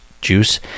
juice